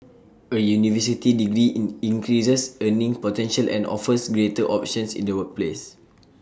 A university degree increases earning potential and offers greater options in the workplace